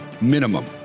minimum